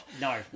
No